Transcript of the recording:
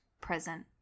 present